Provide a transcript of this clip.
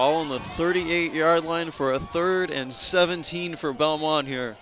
all of thirty eight yard line for a third and seventeen for one here